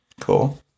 Cool